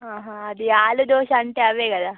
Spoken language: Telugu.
అది ఆలూ దోశ అంటే అదే కదా